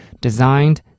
designed